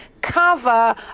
cover